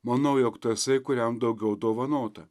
manau jog tasai kuriam daugiau dovanota